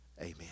Amen